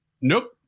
nope